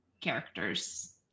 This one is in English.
characters